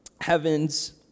heavens